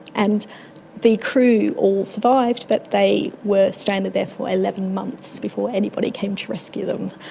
and the crew all survived but they were stranded there for eleven months before anybody came to rescue them.